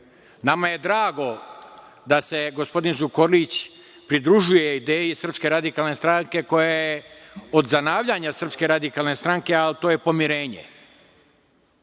je drago da se gospodin Zukorlić pridružuje ideji Srpske radikalne stranke koja je od zanavljanja Srpske radikalne stranke, a to je pomirenje. Još